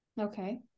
Okay